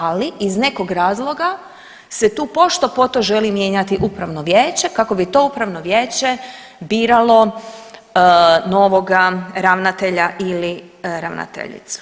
Ali, ali iz nekog razloga se tu pošto po to želi mijenjati upravno vijeće kako bi to upravno vijeće biralo novoga ravnatelja ili ravnateljicu.